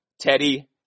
Teddy